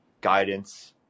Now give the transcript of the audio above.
guidance